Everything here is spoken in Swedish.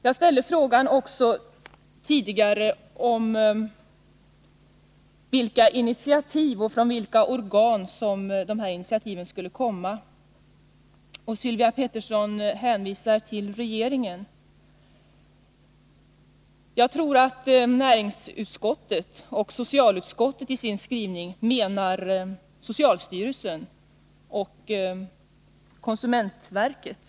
Jag ställde tidigare också frågorna om vilka initiativ som skall tas och från vilka organ de skulle komma. Sylvia Pettersson hänvisar till regeringen. Jag tror att näringsutskottet och socialutskottet i sina skrivningar syftar på socialstyrelsen och konsumentverket.